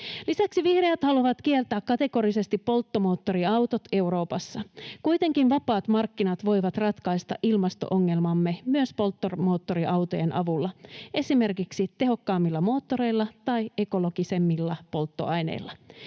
Lisäksi vihreät haluavat kieltää kategorisesti polttomoottoriautot Euroopassa. Kuitenkin vapaat markkinat voivat ratkaista ilmasto-ongelmamme myös polttomoottoriautojen avulla esimerkiksi tehokkaammilla moottoreilla tai ekologisemmilla polttoaineilla.